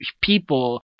people